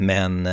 Men